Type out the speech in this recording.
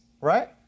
right